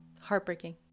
heartbreaking